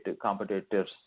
competitors